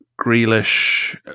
Grealish